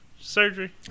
surgery